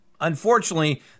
Unfortunately